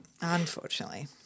unfortunately